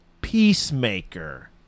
peacemaker